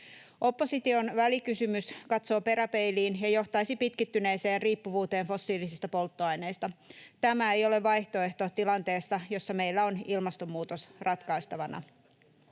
Opposition välikysymys katsoo peräpeiliin ja johtaisi pitkittyneeseen riippuvuuteen fossiilisista polttoaineista. Tämä ei ole vaihtoehto tilanteessa, jossa meillä on ilmastonmuutos ratkaistavana.